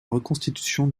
reconstitution